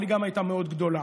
אבל גם היא הייתה מאוד גדולה.